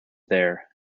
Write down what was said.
there